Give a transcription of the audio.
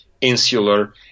insular